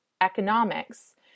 economics